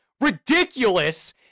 ridiculous